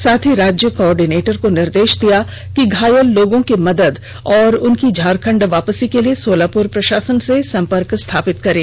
साथ ही राज्य को ऑर्डिनेटर को निर्देश दिया कि घायल लोगों की मदद और झारखण्ड वापसी के लिए सोलापुर प्र शासन से संपर्क स्थापित करें